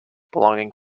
belonging